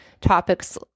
topics